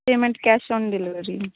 payment cash on delivery